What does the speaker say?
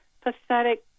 pathetic